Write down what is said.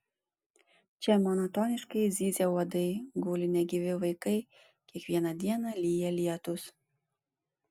čia monotoniškai zyzia uodai guli negyvi vaikai kiekvieną dieną lyja lietūs